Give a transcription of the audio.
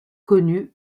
connu